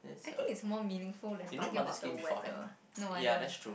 I think it's more meaningful than talking about the weather no I don't